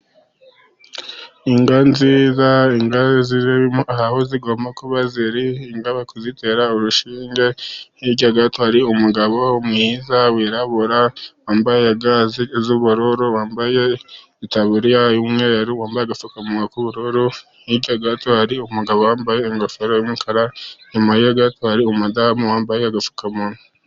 Inka nziza inka ziri aho zigomba kuba ziri, inka bari kuzitera urushinga, hiryaga hari umugabo mwiza wirabura wamaye ga z'ubururu, wambaye itaburiya y'umwe, wambaye agafukamunwa k'ubururu, hirya gato hari umugabo wambaye ingofero y'umukara inyuma, gato hari umudamu wambaye agapfukamunwa.